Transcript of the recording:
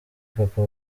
papa